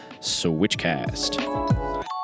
SWITCHCAST